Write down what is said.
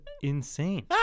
insane